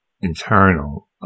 internal